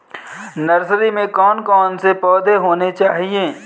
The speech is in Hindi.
नर्सरी में कौन कौन से पौधे होने चाहिए?